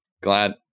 glad